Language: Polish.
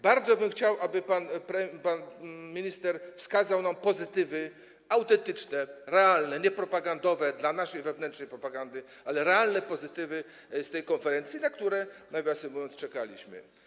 Bardzo bym chciał, aby pan minister wskazał nam pozytywy autentyczne, realne, nie propagandowe, dla naszej wewnętrznej propagandy, ale realne pozytywy tej konferencji, na które, nawiasem mówiąc, czekaliśmy.